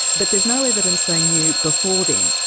but there is no evidence they knew before then.